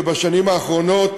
ובשנים האחרונות